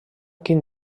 quin